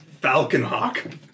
Falconhawk